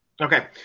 Okay